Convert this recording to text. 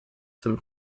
some